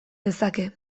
dezake